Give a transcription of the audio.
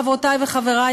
חברותי וחברי,